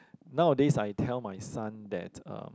nowadays I tell my son that um